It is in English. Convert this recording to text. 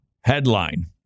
Headline